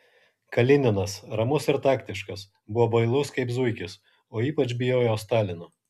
kalininas ramus ir taktiškas buvo bailus kaip zuikis o ypač bijojo stalino